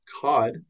cod